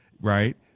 right